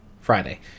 Friday